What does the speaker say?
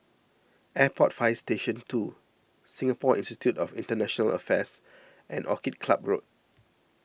Airport Fire Station two Singapore Institute of International Affairs and Orchid Club Road